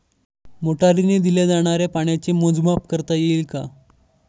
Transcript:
मोटरीने दिल्या जाणाऱ्या पाण्याचे मोजमाप करता येईल का?